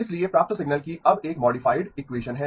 इसलिए प्राप्त सिग्नल की अब एक मॉडिफाइड एक्वेसन है